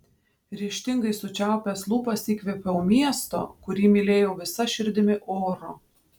ryžtingai sučiaupęs lūpas įkvėpiau miesto kurį mylėjau visa širdimi oro